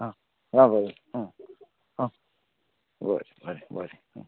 आं आं बरें हां बरें बरें बरें